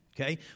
Okay